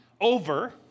over